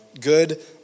good